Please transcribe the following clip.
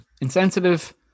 insensitive